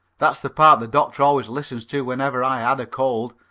that's the part the doctor always listened to whenever i had a cold,